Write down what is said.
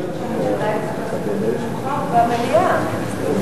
בוועדה, בוועדה.